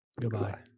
Goodbye